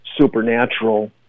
Supernatural